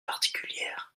particulières